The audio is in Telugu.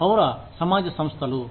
పౌర సమాజ సంస్థలు